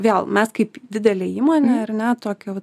vėl mes kaip didelė įmonė ar ne tokio vat